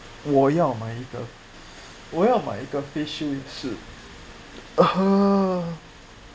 我要买一个我要买一个也是